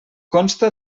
consta